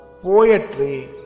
poetry